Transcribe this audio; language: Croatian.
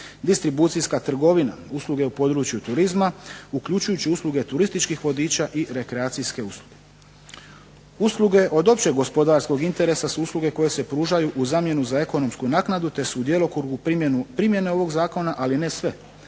distribucijska trgovina, usluge u području turizma uključujući usluge i turističkih vodiča i rekreacijske usluge. Usluge od općeg gospodarskog interesa su usluge koje se pružaju u zamjenu za ekonomsku naknadu, te su u djelokrugu primjene ovog Zakona, ali ne sve.